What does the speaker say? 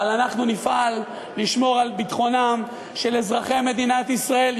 אבל אנחנו נפעל לשמור על ביטחונם של אזרחי מדינת ישראל,